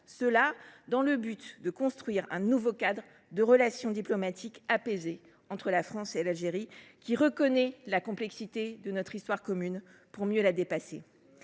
ce faisant, de construire un nouveau cadre de relations diplomatiques apaisées entre la France et l’Algérie, reconnaissant la complexité de notre histoire commune pour mieux la dépasser.